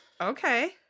okay